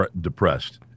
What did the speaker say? depressed